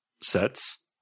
sets